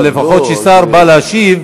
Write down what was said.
אבל לפחות כאשר שר בא להשיב,